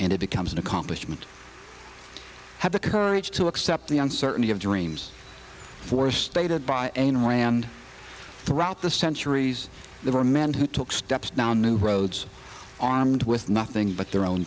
and it becomes an accomplishment have the courage to accept the uncertainty of dreams for stated by ayn rand throughout the centuries there were men who took steps down new roads armed with nothing but their own